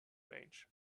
range